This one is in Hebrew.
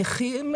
נכים,